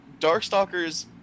Darkstalkers